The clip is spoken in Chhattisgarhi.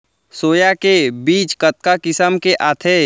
सोया के बीज कतका किसम के आथे?